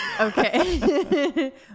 Okay